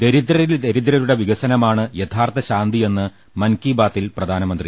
ദരിദ്രരിൽ ദരിദ്രരുടെ വികസനമാണ് യഥാർത്ഥ ശാന്തിയെന്ന് മൻ കി ബാതിൽ പ്രധാനമന്ത്രി